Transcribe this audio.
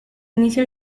inicia